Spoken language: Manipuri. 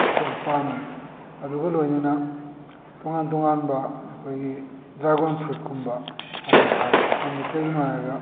ꯑꯁꯤ ꯑꯩ ꯄꯥꯝꯃꯤ ꯑꯗꯨꯒ ꯂꯣꯏꯅꯅ ꯇꯣꯉꯥꯟ ꯇꯣꯉꯥꯟꯕ ꯑꯩꯈꯣꯏꯒꯤ ꯗ꯭ꯔꯥꯒꯣꯟ ꯐ꯭ꯔꯨꯠ ꯀꯨꯝꯕ ꯑꯁꯤ ꯊꯥꯏ ꯃꯔꯝꯗꯤ ꯀꯔꯤꯒꯤꯅꯣ ꯍꯥꯏꯔꯒ